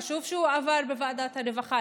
חשוב שעבר בוועדת הרווחה,